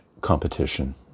competition